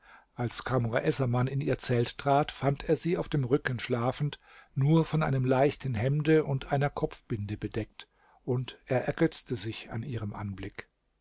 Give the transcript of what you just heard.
als kamr essaman in ihr zelt trat fand er sie auf dem rücken schlafend nur von einem leichten hemde und einer kopfbinde bedeckt und er ergötzte sich an ihrem anblick